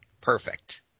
Perfect